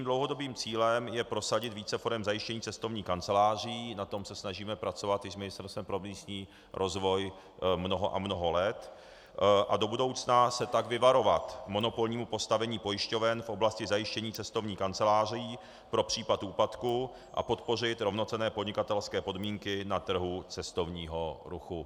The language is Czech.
Mým dlouhodobým cílem je prosadit více forem zajištění cestovních kanceláří, na tom se snažíme pracovat i s Ministerstvem pro místní rozvoj mnoho a mnoho let, a do budoucna se tak vyvarovat monopolního postavení pojišťoven v oblasti zajištění cestovních kanceláří pro případ úpadku a podpořit rovnocenné podnikatelské podmínky na trhu cestovního ruchu.